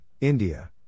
India